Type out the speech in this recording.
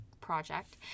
project